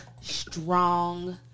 strong